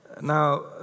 Now